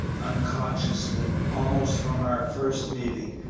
unconsciously, almost from our first meeting,